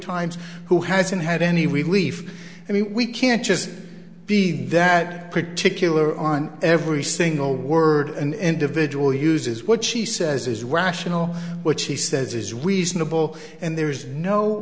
times who hasn't had any relief and we can't just be that particular on every single word an individual uses what she says is rational what she says is reasonable and there is no